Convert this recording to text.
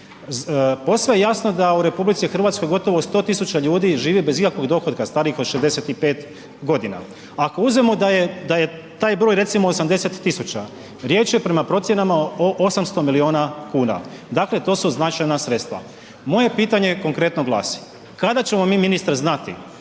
Posve je jasno da u RH gotovo 100.000 ljudi žive bez ikakvog dohotka starijih od 65 godina, ako uzmemo da je taj broj recimo 80.000 tisuća riječ je prema procjenama o 800 miliona kuna. Dakle, to su značajna sredstva. Moje pitanje konkretno glasi, kada ćemo mi ministre znati